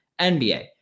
NBA